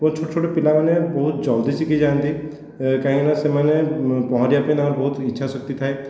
ବହୁତ ଛୋଟ ଛୋଟ ପିଲାମାନେ ବହୁତ ଜଲ୍ଦି ଶିଖିଯାଆନ୍ତି କାହିଁକି ସେମାନେ ପହଁରିବା ପାଇଁ ସେମାନଙ୍କ ବହୁତ ଇଚ୍ଛା ଶକ୍ତି ଥାଏ